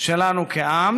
שלנו כעם,